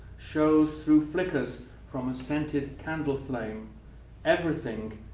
shows through flickers from a scented candle flame everything,